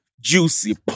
Juicy